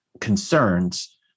concerns